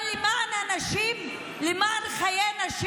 אבל זה למען הנשים, למען חיי נשים.